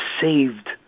saved